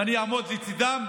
ואני אעמוד לצידם,